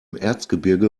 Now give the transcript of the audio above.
erzgebirge